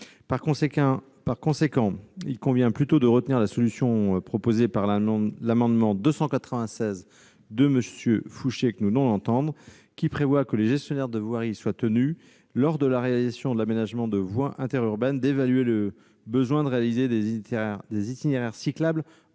Par conséquent, il convient plutôt de retenir la solution proposée au travers de l'amendement n° 296 rectifié de M. Fouché, lequel prévoit que les gestionnaires de voirie soient tenus, lors de la réalisation de l'aménagement de voies interurbaines, d'évaluer le besoin de réaliser des itinéraires cyclables,